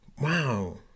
wow